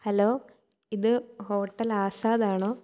hello ഇത് hotel ആസാദാണോ